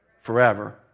Forever